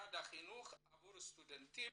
למשרד החינוך עבור סטודנטים